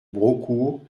braucourt